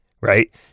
right